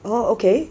oh okay